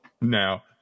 now